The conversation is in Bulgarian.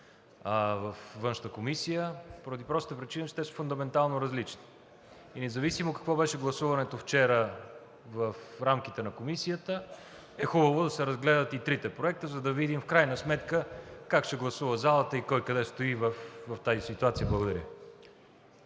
Външната комисия, поради простата причина, че те са фундаментално различни. Независимо какво беше гласуването вчера в рамките на Комисията е хубаво да се разгледат и трите проекта, за да видим в крайна сметка как ще гласува залата и кой къде стои в тази ситуация. Благодаря